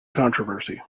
controversy